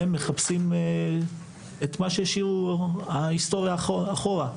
ומחפשים את מה שהשאירו בהיסטוריה אחורה,